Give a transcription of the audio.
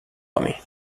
homem